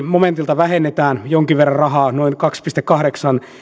momentilta vähennetään jonkin verran rahaa noin kaksi pilkku kahdeksan